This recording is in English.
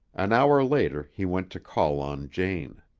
an hour later he went to call on jane.